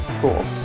cool